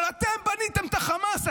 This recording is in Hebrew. אבל אתם בניתם את החמאס,